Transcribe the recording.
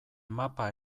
mapa